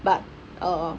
but uh